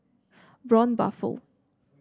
Braun Buffel